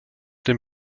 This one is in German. dem